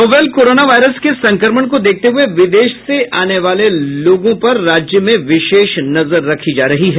novel corona virus के संक्रमण को देखते हुये विदेश से आने वालों लोगों पर राज्य में विशेष नजर रखी जा रही है